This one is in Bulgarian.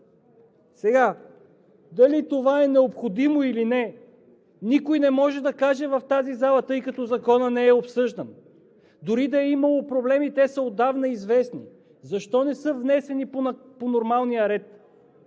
месеца. Дали това е необходимо или не, никой в тази зала не може да каже, тъй като Законът не е обсъждан. Дори и да е имало проблеми, те са отдавна известни. Защо не са внесени по нормалния ред?